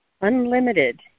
unlimited